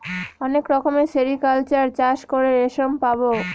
অনেক রকমের সেরিকালচার চাষ করে রেশম পাবো